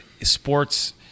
sports